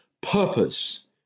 purpose